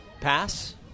Pass